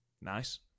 Nice